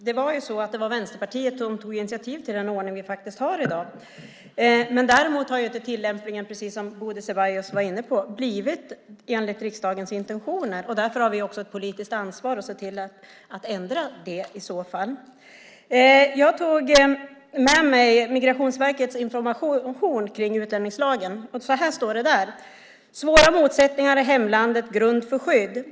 Herr talman! Det var Vänsterpartiet som tog initiativ till den ordning som vi har i dag. Däremot har inte tillämpningen, precis som Bodil Ceballos var inne på, blivit enligt riksdagens intentioner. Därför har vi också ett politiskt ansvar att se till att ändra det i så fall. Jag tog med mig Migrationsverkets information om utlänningslagen. Så här står det där: Svåra motsättningar i hemlandet grund för skydd.